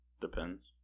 depends